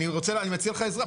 אני מציע לך עזרה.